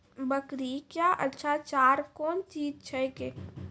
बकरी क्या अच्छा चार कौन चीज छै के?